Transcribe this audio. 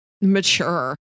mature